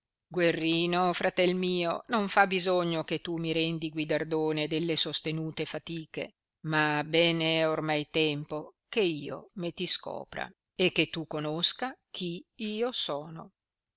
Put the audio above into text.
guerrino fratel mio non fa bisogno che tu mi rendi guidardone delle sostenute fatiche ma ben è ormai tempo che io me ti scopra e che tu conosca chi io sono